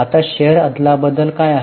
आता शेअर अदलाबदल काय आहे